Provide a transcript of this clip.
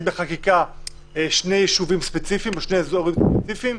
בחקיקה שני יישובים ספציפיים או שני אזורים ספציפיים.